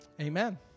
Amen